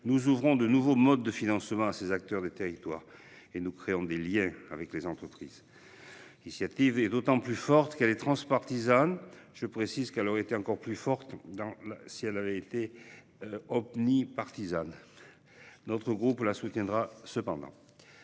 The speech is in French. nous ouvrons de nouveaux modes de financement à ces acteurs des territoires et nous créons des liens avec les entreprises. L'initiative est d'autant plus forte qu'elle est transpartisane. Je précise qu'elle aurait été encore plus forte si elle avait été omnipartisane ... Notre groupe la soutiendra néanmoins.